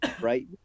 Right